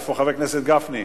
איפה חבר הכנסת גפני?